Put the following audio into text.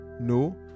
No